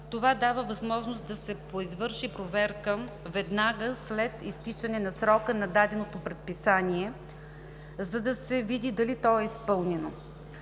Това дава възможност да се извърши проверка веднага след изтичане на срока на даденото предписание, за да се види дали то е изпълнено.